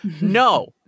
No